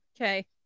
Okay